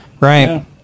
right